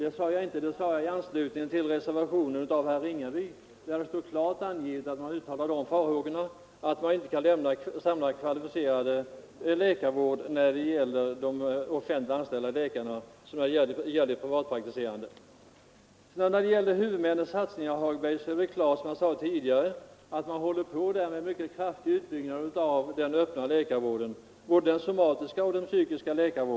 Det sade jag inte till honom utan i anslutning till reservationen av herrar Ringaby och Fridolfsson, som klart uttalar farhågor för att de offentliganställda läkarna inte skulle kunna lämna samma kvalificerade vård som de privatpraktiserande. Beträffande huvudmännens satsning, herr Hagberg, är det klart, som jag sade tidigare, att man håller på med en mycket kraftig utbyggnad av den öppna läkarvården — både den somatiska och den psykiska.